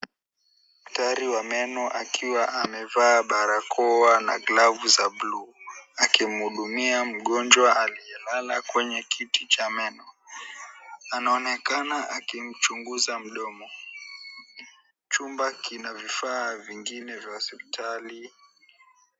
Daktari wa meno akiwa amevaa barakoa na glavu za bluu, akimuhudumia mgonjwa aliyelala kwenye kiti cha meno. Anaonekana akimchunguza mdomo, chumba kina vifaa vingine vya hospitali.